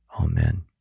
Amen